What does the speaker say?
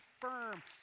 firm